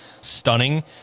stunning